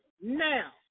now